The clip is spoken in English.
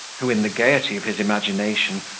who, in the gaiety of his imagination,